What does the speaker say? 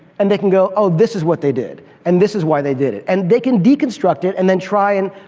and they can go, oh, this is what they did. and this is why they did it. and they can deconstruct it and then try and,